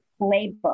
playbook